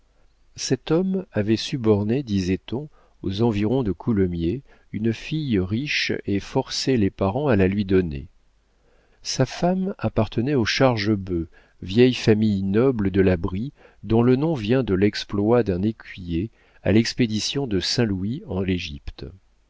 cet homme avait suborné disait-on aux environs de coulommiers une fille riche et forcé les parents à la lui donner sa femme appartenait aux chargebœuf vieille famille noble de la brie dont le nom vient de l'exploit d'un écuyer à l'expédition de saint louis en égypte